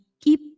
keep